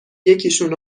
یکیشون